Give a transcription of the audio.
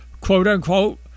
quote-unquote